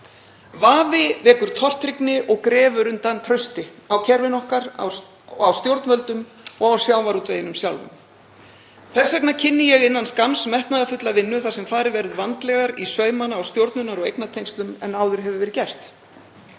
Vafi vekur tortryggni og grefur undan trausti á kerfinu okkar, á stjórnvöldum og sjávarútveginum sjálfum. Þess vegna kynni ég innan skamms metnaðarfulla vinnu þar sem farið verður vandlegar í saumana á stjórnunar- og eignatengslum en áður hefur verið gert.